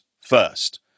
first